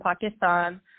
Pakistan